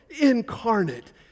incarnate